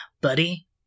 buddy